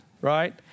right